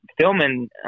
filming